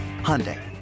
Hyundai